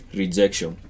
rejection